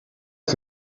que